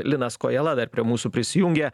linas kojala dar prie mūsų prisijungė